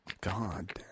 God